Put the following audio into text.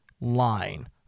line